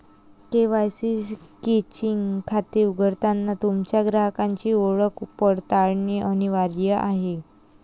KYC checking खाते उघडताना तुमच्या ग्राहकाची ओळख पडताळणे अनिवार्य आहे